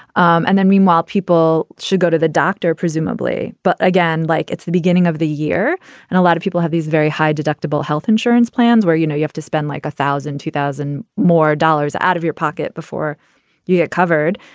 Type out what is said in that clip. um and then meanwhile, people should go to the doctor, presumably. but again, like it's the beginning of the year and a lot of people have these very high deductible health insurance plans where, you know, you have to spend like a thousand two thousand more dollars out of your pocket before you get covered.